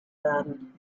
werden